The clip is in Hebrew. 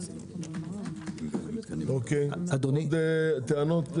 יש עוד טענות?